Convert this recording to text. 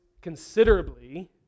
considerably